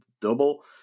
Double